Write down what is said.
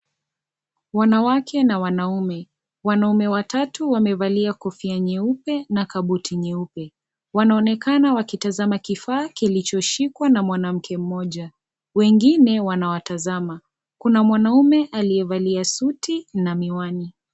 Wanawake na wanaume. Wanaume watatu wamevalia kofia nyeupe na kabuti nyeupe. Wanaonekana wakitazama kifaa kilichoshikwa na mwanamke mmoja. Wengine wanawatazama. Kuna mwanaume aliyevalia suti na miwani.